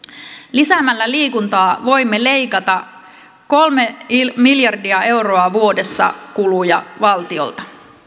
lisäämällä liikuntaa voimme leikata kolme miljardia euroa vuodessa kuluja valtiolta